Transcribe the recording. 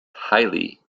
highly